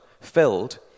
filled